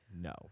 No